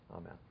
Amen